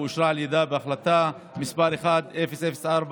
ואושרה על ידה בהחלטה מס' 1004,